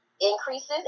increases